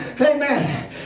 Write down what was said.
Amen